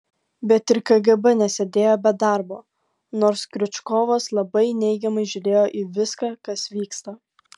bet ir kgb nesėdėjo be darbo nors kriučkovas labai neigiamai žiūrėjo į viską kas vyksta